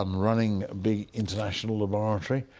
um running a big international laboratory,